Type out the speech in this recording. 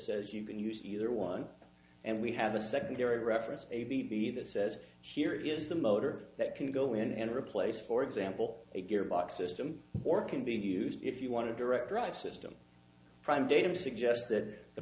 says you can use either one and we have a secondary reference a b b that says here is the motor that can go in and replace for example a gearbox system or can be used if you want to direct drive system prime data to suggest th